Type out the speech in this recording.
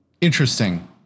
Interesting